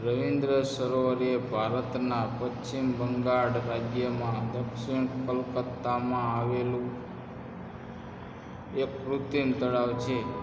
રવિન્દ્ર સરોવર એ ભારતના પશ્ચિમ બંગાળ રાજ્યમાં દક્ષિણ કોલકાતામાં આવેલું એક કૃત્રિમ તળાવ છે